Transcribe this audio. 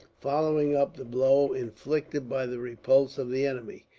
following up the blow inflicted by the repulse of the enemy.